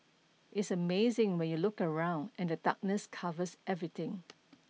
it's amazing when you look around and the darkness covers everything